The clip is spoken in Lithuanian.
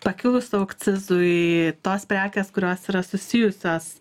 pakilus aukcizui tos prekės kurios yra susijusios